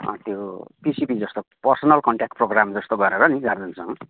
त्यो पिसिबी जस्तो personal contact program जस्तो गरेर नि गार्जेनसँग